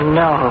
no